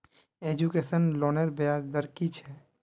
Education लोनेर ब्याज दर कि छे?